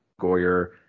Goyer